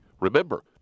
Remember